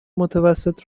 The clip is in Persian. متوسط